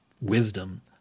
Wisdom